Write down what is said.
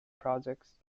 projects